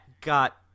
got